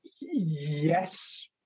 Yes